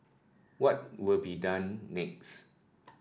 what will be done next